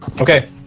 Okay